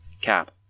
cap